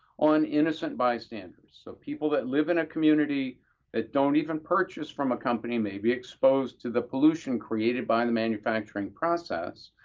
on innocent bystanders. so people that live in a community that don't even purchase from a company may be exposed to the pollution created by the manufacturing process,